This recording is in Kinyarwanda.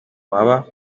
waba